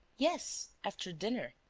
yes, after dinner.